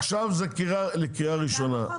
בהכנה לקריאה ראשונה.